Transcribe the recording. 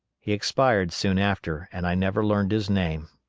he expired soon after, and i never learned his name.